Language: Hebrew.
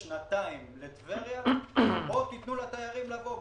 לשנתיים לטבריה או תנו לתיירים לבוא.